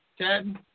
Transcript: Ted